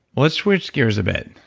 let's switch gears a bit.